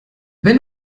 wenn